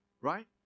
Right